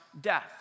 death